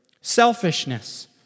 Selfishness